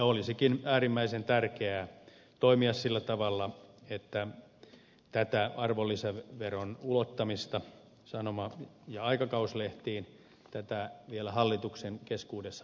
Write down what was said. olisikin äärimmäisen tärkeää toimia sillä tavalla että tätä arvonlisäveron ulottamista sanoma ja aikakauslehtiin vielä hallituksen keskuudessa pohdittaisiin